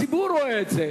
הציבור רואה את זה,